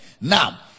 Now